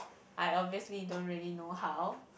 I obviously don't really know how